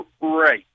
Right